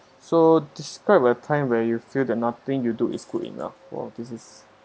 so describe a time where you feel that nothing you do is good enough !wow! this is